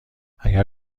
اگر